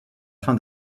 fin